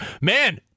man